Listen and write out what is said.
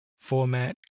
format